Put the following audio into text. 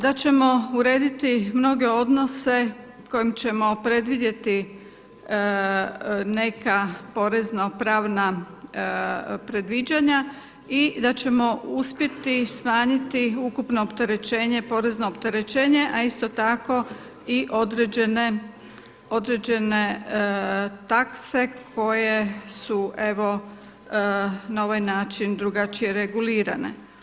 Da ćemo urediti mnoge odnose kojima ćemo predvidjeti neka porezno-pravna predviđanja i da ćemo uspjeti smanjiti ukupno opterećenje, porezno opterećenje, a isto tako i određene takse koje su evo na ovaj način drugačije regulirane.